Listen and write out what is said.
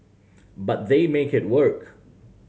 but they make it work